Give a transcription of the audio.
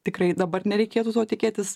tikrai dabar nereikėtų to tikėtis